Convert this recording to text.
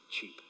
cheap